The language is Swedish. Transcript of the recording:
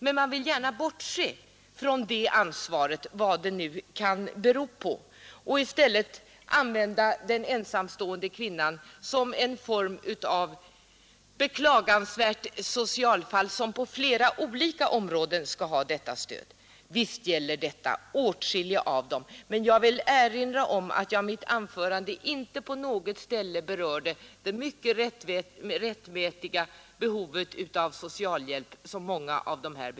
Men man vill gärna bortse från det snsvaret, vad det nu kan bero på, och framställa den ensamstående kvinnan som ett alltid beklagansvärt socialfall som skall ha stöd på flera olika områden. Visst gäller behovet av extra stöd åtskilliga av de ensamstående ildrarna och jag vill erinra om att jag i mitt anförande inte på något ställe berörde det mycket rättmätiga behovet av socialhjälp.